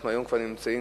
אנחנו כבר נמצאים